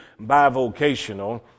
bivocational